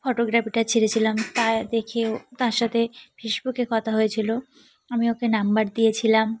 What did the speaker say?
ফটোগ্রাফিটা ছেড়েছিলাম তা দেখে ও তার সাথে ফেসবুকে কথা হয়েছিল আমি ওকে নাম্বার দিয়েছিলাম